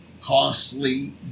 costly